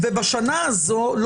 ובשנה הזו --- בלי ועדת עלייה.